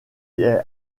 est